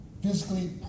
physically